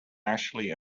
actually